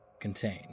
contain